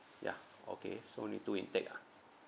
yeah okay so need two intake ah